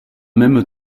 même